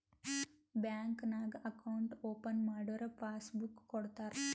bank ನಾಗ್ account open ಮಾಡುರ್ passbook ಕೊಡ್ತಾರ